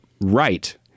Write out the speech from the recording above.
right